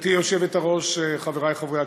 גברתי היושבת-ראש, חברי חברי הכנסת,